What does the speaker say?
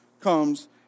comes